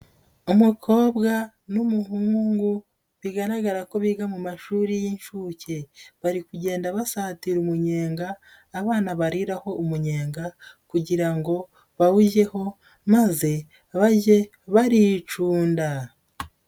Umukobwa n'umuhungu bigaragara ko biga mu mashuri y'inshuke, bari kugenda basatira umunyenga, abana bariraho umunyenga kugira ngo bawugeho maze bage baricunda.